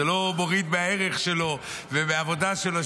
זה לא מוריד מהערך שלו ומהעבודה שלו.